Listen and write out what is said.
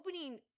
opening